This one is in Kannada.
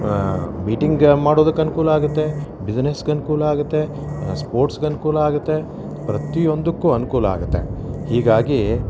ಮೀಟಿಂಗ್ ಮಾಡೋದಕ್ಕೆ ಅನುಕೂಲ ಆಗುತ್ತೆ ಬಿಸ್ನೆಸ್ಗೆ ಅನುಕೂಲ ಆಗುತ್ತೆ ಸ್ಪೋಟ್ಸ್ಗೆ ಅನುಕೂಲ ಆಗುತ್ತೆ ಪ್ರತಿಯೊಂದಕ್ಕೂ ಅನುಕೂಲ ಆಗುತ್ತೆ ಹೀಗಾಗಿ